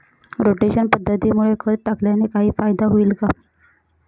Rotation पद्धतीमुळे खत टाकल्याने काही फायदा होईल का?